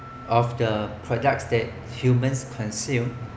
of the products that humans consume